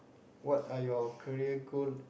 what are your career goal